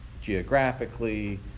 geographically